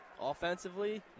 Offensively